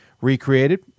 recreated